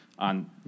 on